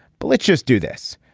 but let's just do this.